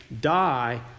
die